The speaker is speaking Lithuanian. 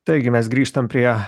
taigi mes grįžtam prie